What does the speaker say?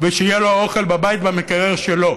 ושיהיה לו אוכל בבית, במקרר שלו,